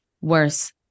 Worse